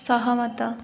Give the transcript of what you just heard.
ସହମତ